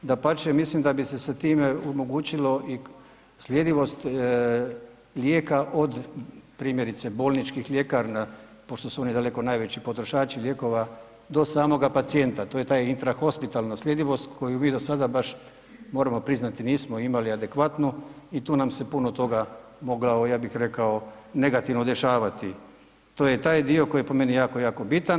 Dapače, mislim da bi se sa time omogućilo i sljedivost lijeka od primjerice bolničkih ljekarna, pošto su one daleko najveći potrošači lijekova do samoga pacijenta, to je taj intrahospitalna nasljedivost koju vi do sada baš, moramo priznati nismo imali adekvatnu i tu nam se puno toga mogao, ja bih rekao, negativno dešavati, to je taj dio koji je po meni jako, jako bitan.